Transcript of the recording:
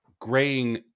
graying